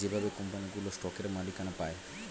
যেভাবে কোম্পানিগুলো স্টকের মালিকানা পায়